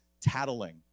tattling